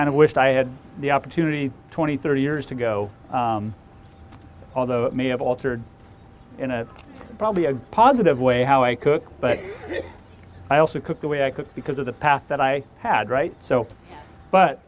and i wished i had the opportunity twenty thirty years ago although i may have altered in a probably a positive way how i cook but i also cook the way i cook because of the path that i had right so but